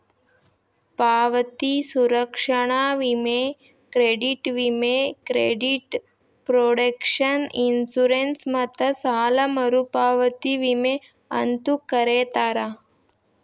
ಪಾವತಿ ಸಂರಕ್ಷಣಾ ವಿಮೆ ಕ್ರೆಡಿಟ್ ವಿಮೆ ಕ್ರೆಡಿಟ್ ಪ್ರೊಟೆಕ್ಷನ್ ಇನ್ಶೂರೆನ್ಸ್ ಮತ್ತ ಸಾಲ ಮರುಪಾವತಿ ವಿಮೆ ಅಂತೂ ಕರೇತಾರ